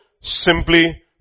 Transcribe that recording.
simply